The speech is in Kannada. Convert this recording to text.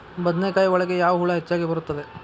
ಬದನೆಕಾಯಿ ಒಳಗೆ ಯಾವ ಹುಳ ಹೆಚ್ಚಾಗಿ ಬರುತ್ತದೆ?